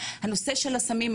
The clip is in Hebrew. הנושא של הסמים,